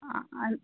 ಹಾಂ ಅಲ್ಲಿ